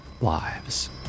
lives